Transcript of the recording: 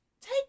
Take